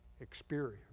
experience